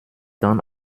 dann